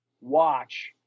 watch